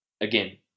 again